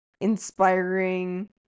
inspiring